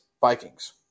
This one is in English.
Vikings